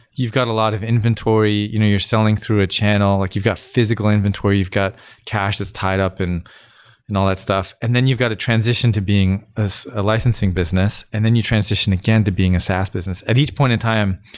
you've got a lot of inventory. you know you're selling through a channel. like you've got physical inventory. inventory. you've got cash that's tied up and and all that stuff. and then you've got to transition to being a licensing business. and then you transition again to being a saas business. at each point in time,